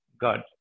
God